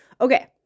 Okay